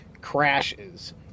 crashes